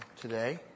today